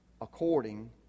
according